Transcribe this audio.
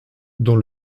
dans